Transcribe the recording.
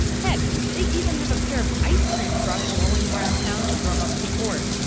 heck, they even have a pair of ice cream trucks rolling around town to drum up support.